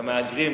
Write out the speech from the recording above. למהגרים.